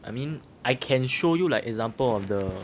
I mean I can show you the example of the